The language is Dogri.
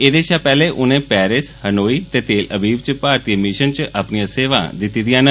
एह्दे षा पैहले उने पैरिस हनोई ते तेल अवीब च भारतीय मिषन च अपनियां सेवां दिती दिआं न